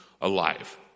alive